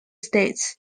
states